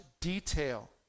detail